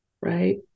right